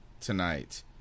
tonight